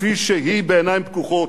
כפי שהיא, בעיניים פקוחות.